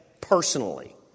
personally